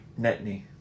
Netney